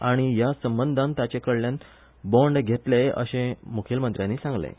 आनी ह्या संबंदान तांचे कडल्यान बोंड घेतले अशें मुखेलमंत्र्यांनी सांगलें